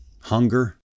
Hunger